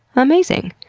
amazing!